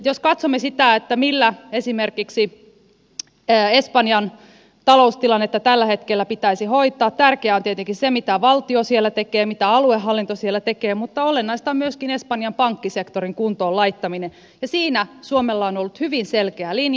jos katsomme sitä millä esimerkiksi espanjan taloustilannetta tällä hetkellä pitäisi hoitaa tärkeää on tietenkin se mitä valtio siellä tekee mitä aluehallinto siellä tekee mutta olennaista on myöskin espanjan pankkisektorin kuntoon laittaminen ja siinä suomella on ollut hyvin selkeä linja